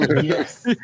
Yes